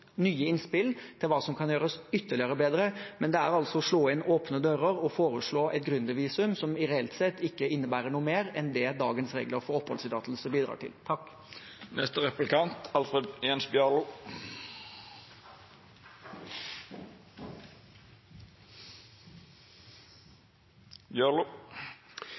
nye innspill til hva som kan gjøres ytterligere bedre, men det er altså å slå inn åpne dører å foreslå et gründervisum, som reelt sett ikke innebærer noe mer enn det dagens regler for oppholdstillatelse bidrar til.